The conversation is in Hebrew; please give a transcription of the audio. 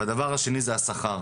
דבר שני זה השכר,